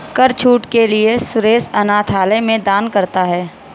कर छूट के लिए सुरेश अनाथालय में दान करता है